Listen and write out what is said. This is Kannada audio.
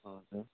ಹಾಂ ಸರ್